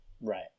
Right